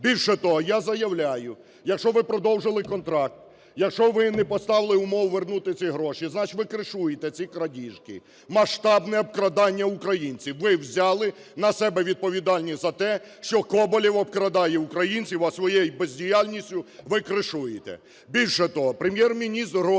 Більше того, я заявляю, якщо ви продовжили контракт, якщо ви не поставили умови вернути ці гроші, значить, ви "кришуєте" ці крадіжки, масштабне обкрадання українців. Ви взяли на себе відповідальність за те, що Коболєв обкрадає українців, а своєю бездіяльністю ви "кришуєте".